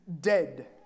dead